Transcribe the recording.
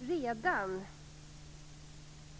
Redan